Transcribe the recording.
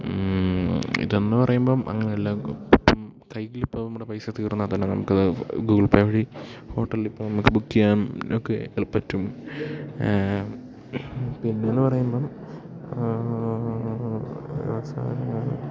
ഇതെന്ന് പറയുമ്പോള് അങ്ങനെയല്ല ഇപ്പം കൈയിലിപ്പം നമ്മുടെ പൈസ തീർന്നാല് തന്നെ നമുക്കത് ഗൂഗിൾ പേ വഴി ഹോട്ടലില് ഇപ്പോള് നമുക്ക് ബുക്ക് ചെയ്യാനൊക്കെ പറ്റും പിന്നെയെന്ന് പറയുമ്പോള്